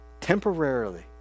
temporarily